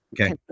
Okay